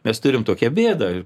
mes turim tokią bėdą